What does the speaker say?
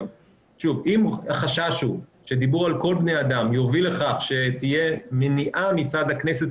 אם החשש הוא שדיבור על כל בני האדם יוביל לכך שתהיה מניעה מצד הכנסת,